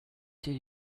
did